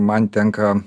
man tenka